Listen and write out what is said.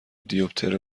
دیوپتر